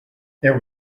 there